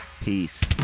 Peace